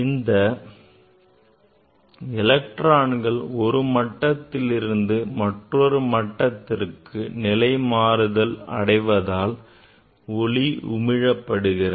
இந்த எலக்ட்ரான்கள் ஒரு மட்டத்திலிருந்து மற்றொரு மட்டத்திற்கு நிலை மாறுதல் அடைவதால் ஒளி உமிழப்படுகிறது